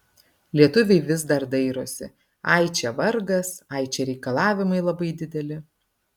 lietuviai vis dar dairosi ai čia vargas ai čia reikalavimai labai dideli